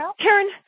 Karen